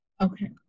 Okay